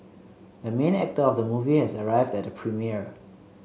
the main actor of the movie has arrived at the premiere